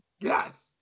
Yes